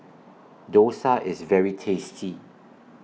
Dosa IS very tasty